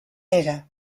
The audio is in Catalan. era